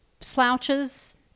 slouches